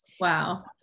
Wow